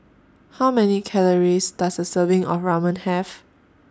How Many Calories Does A Serving of Ramen Have